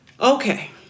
Okay